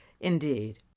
Indeed